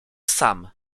sam